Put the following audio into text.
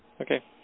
okay